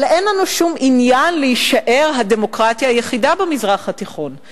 אבל אין לנו שום עניין להישאר הדמוקרטיה היחידה במזרח התיכון.